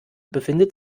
befindet